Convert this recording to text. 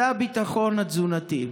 זה הביטחון התזונתי.